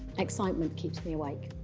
excitement keeps me awake.